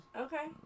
Okay